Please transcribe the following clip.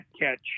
catch